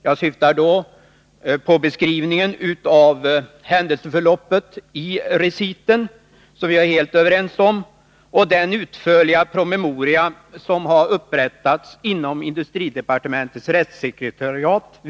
Jag syftar på beskrivningen av händelseförloppet i reciten, som vi är helt överens om, och den utförliga promemoria som har upprättats inom industridepartementets rättssekretariat och fogats till betänkandet.